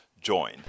join